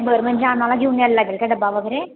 बरं म्हणजे आम्हाला घेऊन यायला लागेल का डबा वगैरे